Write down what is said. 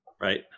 Right